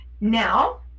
now